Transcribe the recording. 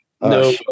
No